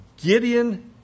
Gideon